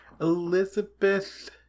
Elizabeth